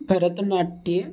भरतनाट्ये